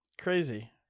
crazy